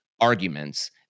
arguments